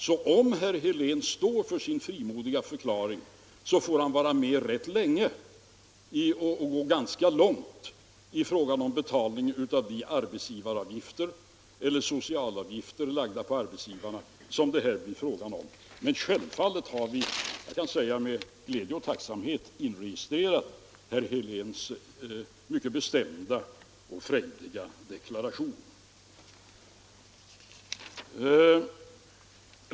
Så om herr Helén står för sin frimodiga förklaring får han gå ganska långt i fråga om betalningen av de arbetsgivaravgifter eller socialavgifter lagda på arbetsgivarna som det här blir fråga om. Men självfallet har jag med glädje och tacksamhet inregistrerat herr Heléns mycket bestämda och frejdiga deklaration.